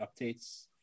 updates